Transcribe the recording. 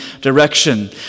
direction